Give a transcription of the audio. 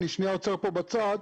אני שנייה עוצר פה בצד.